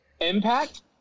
impact